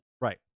Right